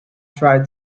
tried